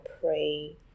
pray